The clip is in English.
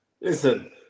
Listen